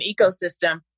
ecosystem